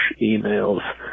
emails